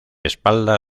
espalda